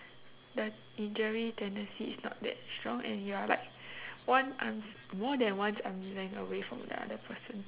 the injury tendency is not that strong and you are like one arms more than one arm length away from that other person